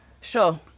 Sure